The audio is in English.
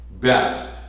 best